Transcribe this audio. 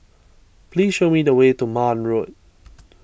please show me the way to Marne Road